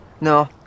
no